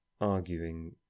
arguing